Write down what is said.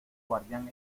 guardián